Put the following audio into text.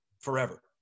forever